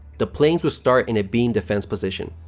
the planes would start in a beam defense position.